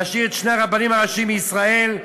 להשאיר את שני הרבנים הראשיים לישראל,